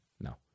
No